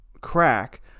crack